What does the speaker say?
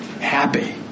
happy